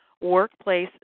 Workplace